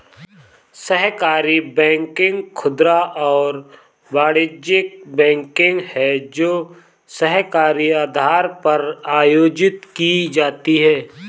सहकारी बैंकिंग खुदरा और वाणिज्यिक बैंकिंग है जो सहकारी आधार पर आयोजित की जाती है